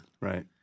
Right